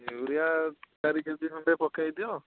urea ଚାରି K G ଖଣ୍ଡେ ପକାଇ ଦିଅ